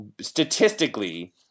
statistically